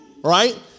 Right